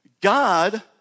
God